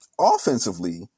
Offensively